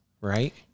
right